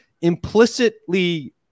implicitly